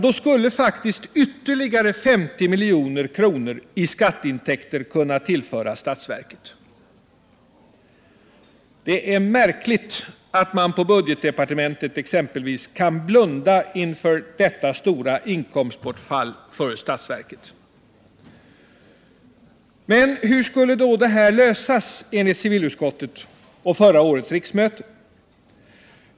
Då skulle faktiskt ytterligare 50 milj.kr. i skatteintäkter kunna tillföras statsverket. Det är märkligt att man på exempelvis budgetdepartementet kan blunda för detta stora inkomstbortfall för statsverket. Men hur skulle då detta lösas enligt civilutskottet och förra årets riksmöte?